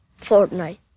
Fortnite